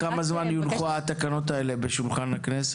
ותתחייבו תוך כמה זמן יונחו התקנות האלה על שולחן הכנסת.